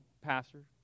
Pastor